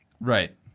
Right